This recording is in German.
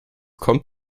kommt